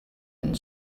and